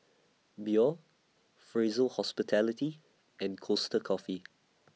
Biore Fraser Hospitality and Costa Coffee